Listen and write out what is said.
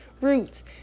roots